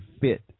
fit